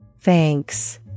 Thanks